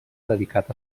dedicat